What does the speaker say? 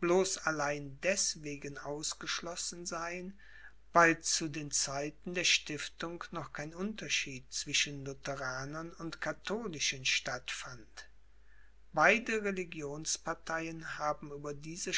bloß allein deßwegen ausgeschlossen sein weil zu den zeiten der stiftung noch kein unterschied zwischen lutheranern und katholischen stattfand beide religionsparteien haben über diese